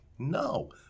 No